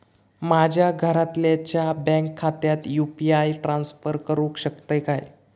माझ्या घरातल्याच्या बँक खात्यात यू.पी.आय ट्रान्स्फर करुक शकतय काय?